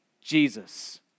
Jesus